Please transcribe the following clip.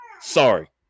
Sorry